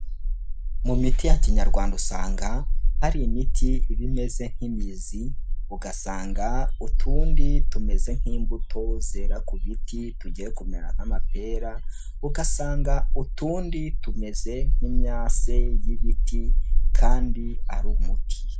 Mu miti ya Kinyarwanda usanga hari imiti iba imeze nk'imizi, ugasanga utundi tumeze nk'imbuto zera ku biti tugiye kumera nk'amapera, ugasanga utundi tumeze nk'imyase y'ibiti kandi ari umuti.